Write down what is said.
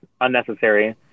unnecessary